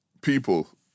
people